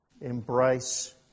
embrace